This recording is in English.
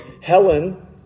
Helen